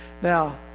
Now